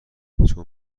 چون